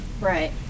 Right